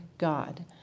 God